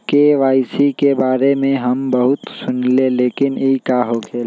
KYC के बारे में हम बहुत सुनीले लेकिन इ का होखेला?